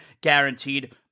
guaranteed